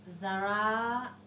Zara